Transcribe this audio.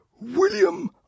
William